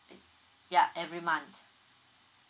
ya every month